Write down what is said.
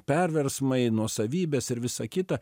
perversmai nuosavybės ir visa kita